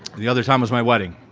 the other time was my wedding,